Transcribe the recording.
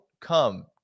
come